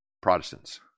Protestants